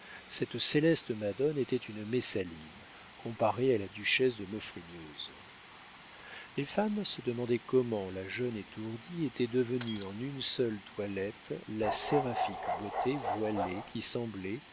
cette céleste madone était une messaline comparée à la duchesse de maufrigneuse les femmes se demandaient comment la jeune étourdie était devenue en une seule toilette la séraphique beauté voilée qui semblait